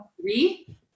three